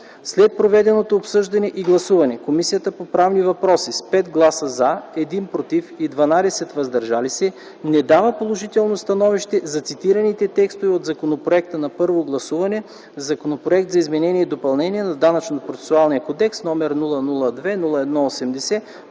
След проведеното обсъждане и гласуване, Комисията по правни въпроси с 5 гласа „за”, 1 „против” и 12 „въздържали се” не дава положително становище за цитираните текстове от законопроекта на първо гласуване за Законопроект за изменение и допълнение на Данъчно-процесуалния кодекс, № 002-01-80,